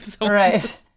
right